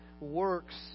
works